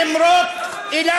למרות אילטוב,